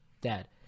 Dad